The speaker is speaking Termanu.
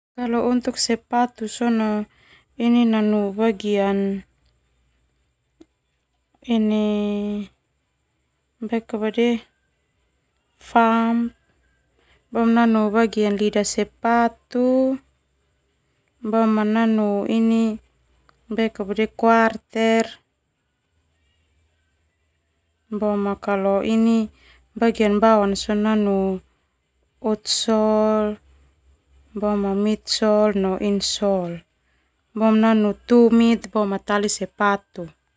Untuk sepatu nanu bagian ini fam, boma nanu ini bagian lidah sepatu, boma nanu ini kuarter, bagian bawah nanu otsol, mitsol, insol, boma nanu tumit, boma tali sepatu.